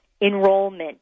enrollment